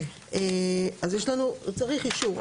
אז יש לנו צריך אישור,